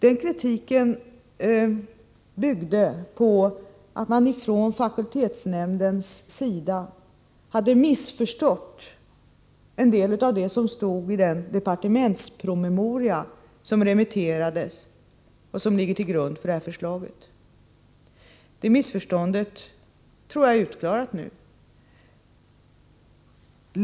Denna kritik byggde på att man från fakultetsnämndens sida hade missförstått en del av det som stod i den departementspromemoria som remitterades och som ligger till grund för detta förslag. Detta missförstånd tror jag är uppklarat nu.